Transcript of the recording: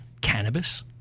cannabis